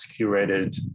curated